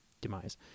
demise